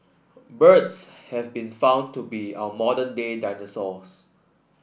birds have been found to be our modern day dinosaurs